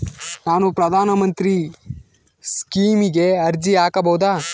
ನಾನು ಪ್ರಧಾನ ಮಂತ್ರಿ ಸ್ಕೇಮಿಗೆ ಅರ್ಜಿ ಹಾಕಬಹುದಾ?